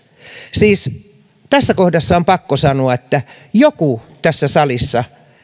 siis tässä kohdassa on pakko sanoa että joku tässä salissa